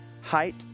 height